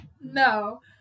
no